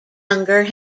younger